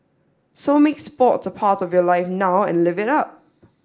so make sports a part of your life now and live it up